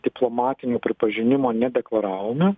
diplomatinio pripažinimo nedeklaravome